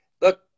Look